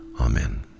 Amen